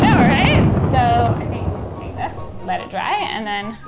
know right. so, i think we'll just hang this, let it dry, and then,